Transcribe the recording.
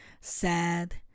sad